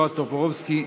בועז טופורובסקי,